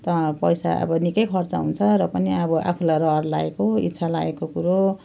त पैसा अब निकै खर्च हुन्छ र पनि अब आफूलाई रहर लागेको इच्छा लागेको कुरो